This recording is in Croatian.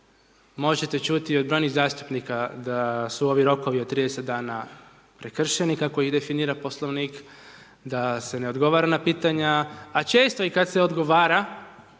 možete čuti od onih zastupnika da su ovi rokovi od 30 dana prekršeni kako ih definira Poslovnik, da se ne odgovara na pitanja, a često i kad se odgovara